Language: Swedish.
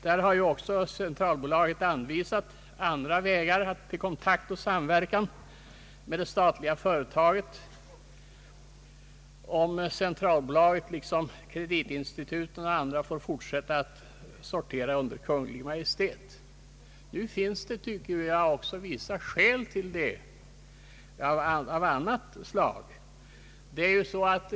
I remissyttrandet har centralbolaget anvisat andra vägar till kontakt och samverkan med det statliga företaget, om centralbolaget liksom kreditinstituten och andra företag finge fortsätta att sortera under Kungl. Maj:t. Nu finns det också vissa skäl av andra slag till detta.